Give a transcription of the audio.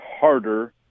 harder